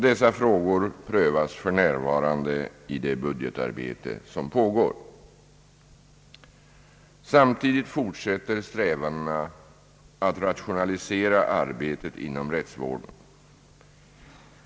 Dessa frågor prövas f. n. i det budgetarbete som pågår. Samtidigt fortsätter strävandena att rationalisera arbetet inom rättsvården.